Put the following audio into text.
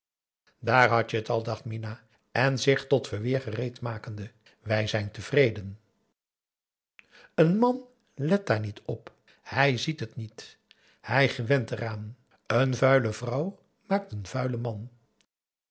daar had je t al dacht minah en zich tot verweer gereed makende wij zijn tevreden een man let daar niet op hij ziet het niet hij gewent eraan een vuile vrouw maakt een vuilen man